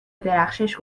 درخشش